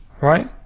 Right